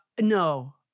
No